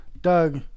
Doug